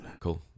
Cool